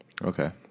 Okay